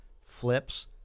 flips